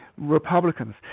Republicans